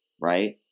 right